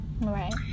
Right